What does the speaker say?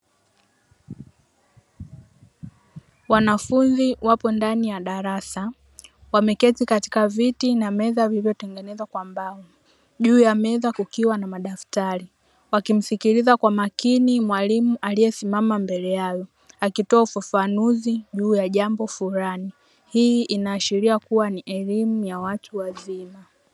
Wanafunzi wapo ndani ya darasa wameketi katika viti na meza zilizotengenezwa kwa mbao juu ya meza kukiwa na madaftari wakimsikiliza kwa makini mwalimu aliyesimama mbele yao akitoa ufafanuzi juu ya jambo fulani, hii inaashiria kuwa ni elimu ya watu wazima.